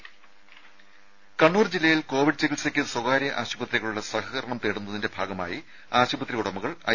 രുമ കണ്ണൂർ ജില്ലയിൽ കോവിഡ് ചികിത്സയ്ക്ക് സ്വകാര്യ ആശുപത്രികളുടെ സഹകരണം തേടുന്നതിന്റെ ഭാഗമായി ആശുപത്രി ഉടമകൾ ഐ